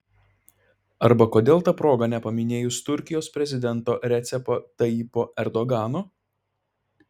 arba kodėl ta proga nepaminėjus turkijos prezidento recepo tayyipo erdogano